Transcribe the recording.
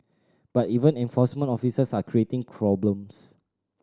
but even enforcement officers are creating problems